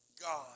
God